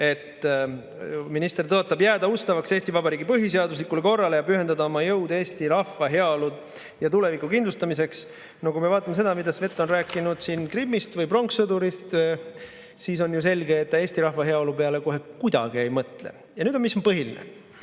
et minister tõotab jääda ustavaks Eesti Vabariigi põhiseaduslikule korrale ja pühendada oma jõu eesti rahva heaolu ja tuleviku kindlustamisele. Kui me vaatame, mida Svet on rääkinud Krimmist või pronkssõdurist, siis on ju selge, et ta eesti rahva heaolu peale kohe kuidagi ei mõtle. Ja nüüd, mis on põhiline.